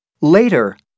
Later